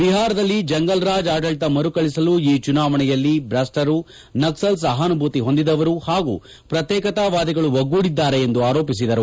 ಬಿಹಾರದಲ್ಲಿ ಜಂಗಲ್ರಾಜ್ ಆಡಳಿತ ಮರುಕಳಿಸಲು ಈ ಚುನಾವಣೆಯಲ್ಲಿ ಭ್ರಷ್ಟರು ನಕ್ಸಲ್ ಸಹಾನುಭೂತಿ ಹೊಂದಿದವರು ಹಾಗೂ ಪ್ರತ್ಯೇಕತಾವಾದಿಗಳು ಒಗ್ಗೂಡಿದ್ದಾರೆ ಎಂದು ಆರೋಪಿಸಿದರು